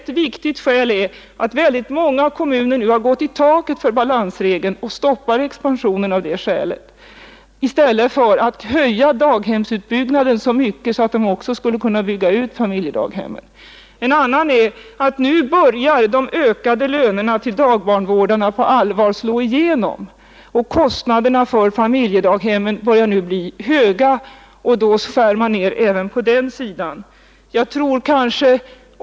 Ett viktigt skäl är att många kommuner nu har nått upp till taket för balansregeln och därför stoppar expansionen i stället för att öka daghemsutbyggnaden så mycket att också familjedaghemmen skulle kunna utökas. Ett annat skäl är att de ökade lönerna till dagbarnvårdarna nu på allvar slå igenom och att kostnaderna för familjedaghemmen börjar bli höga; då skär man ner även på den sidan.